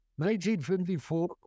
1954